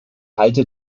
halte